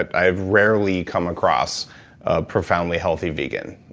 i've rarely come across a profoundly healthy vegan.